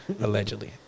Allegedly